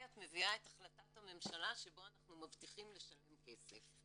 את מביאה את החלטת הממשלה שבה אנחנו מבטיחים לשלם כסף".